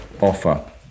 offer